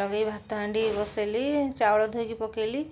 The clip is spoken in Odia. ଲଗାଇକି ଭାତହାଣ୍ଡି ବସାଇଲି ଚାଉଳ ଧୋଇକି ପକାଇଲି